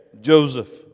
Joseph